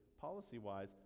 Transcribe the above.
policy-wise